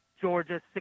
Georgia